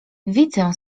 widzę